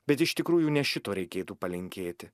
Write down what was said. bet iš tikrųjų ne šito reikėtų palinkėti